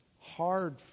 hard